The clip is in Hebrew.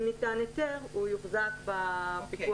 אם ניתן היתר הוא יוחזק בפיקוח.